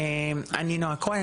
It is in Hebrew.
אני נועה כהן,